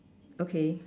okay